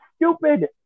stupid